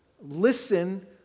listen